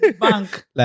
Bank